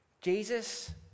Jesus